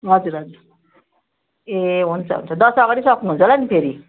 हजुर हजुर ए हुन्छ हुन्छ दसैँ अगाडि सक्नुहुन्छ होला नि फेरि